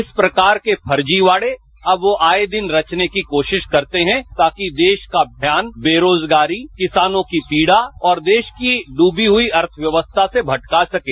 इस प्रकार के फर्जीवाड़े अब वो आए दिन रचने की कोशिश करते हैं ताकि देश का ध्यान बेरोजगारी किसानों की पीड़ा और देश की डूबी हुई अर्थव्यवस्था से भटका सकें